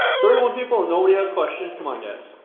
thirty one people and nobody has questions? come on, guys.